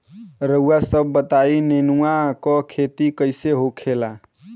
रउआ सभ बताई नेनुआ क खेती कईसे होखेला?